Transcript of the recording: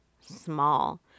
small